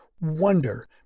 Wonder